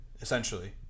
essentially